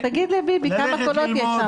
תגיד לביבי כמה קולות יש שם.